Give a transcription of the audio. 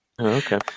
Okay